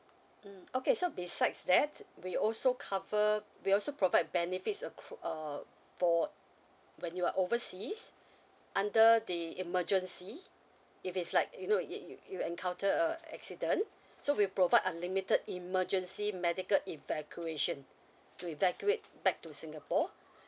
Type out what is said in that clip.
mm okay so besides that we also cover we also provide benefits ac~ s uh for when you are overseas under the emergency if it's like you know it you you encounter a accident so we provide unlimited emergency medical evacuation to evacuate back to singapore